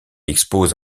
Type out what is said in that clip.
expose